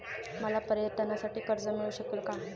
मला पर्यटनासाठी कर्ज मिळू शकेल का?